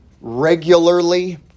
regularly